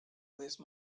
waste